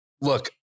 look—